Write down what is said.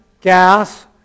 gas